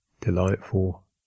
delightful